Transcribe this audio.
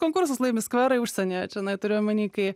konkursus laimi skverai užsienyje čionai turiu omeny kai